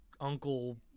uncle